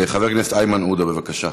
חבר הכנסת איימן עודה, בבקשה.